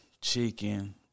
chicken